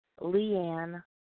Leanne